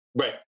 Right